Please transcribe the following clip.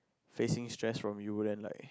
facing stress from you then like